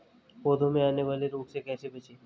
पौधों में आने वाले रोग से कैसे बचें?